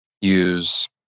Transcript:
use